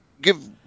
give